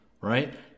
right